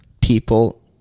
people